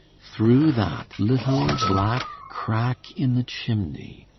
through that little black crack in the chimney,